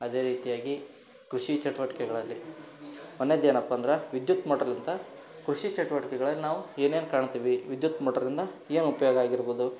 ಅದೇ ರೀತಿಯಾಗಿ ಕೃಷಿ ಚಟುವಟಿಕೆಗಳಲ್ಲಿ ಒಂದ್ನೇದು ಏನಪ್ಪ ಅಂದ್ರೆ ವಿದ್ಯುತ್ ಮೋಟ್ರ್ಲಿಂದ ಕೃಷಿ ಚಟುವಟ್ಕೆಗಳನ್ನು ನಾವು ಏನೇನು ಕಾಣ್ತೀವಿ ವಿದ್ಯುತ್ ಮೋಟರಿಂದ ಏನು ಉಪಯೋಗ ಆಗಿರ್ಬೋದು